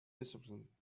discipline